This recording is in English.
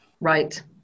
Right